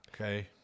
Okay